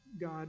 God